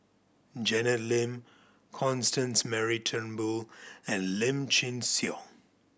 Janet Lim Constance Mary Turnbull and Lim Chin Siong